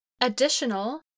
additional